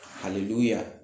Hallelujah